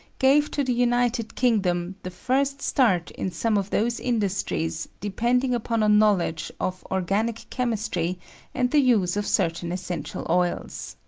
gave to the united kingdom the first start in some of those industries depending upon a knowledge of organic chemistry and the use of certain essential oils.